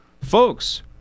folks